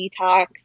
detox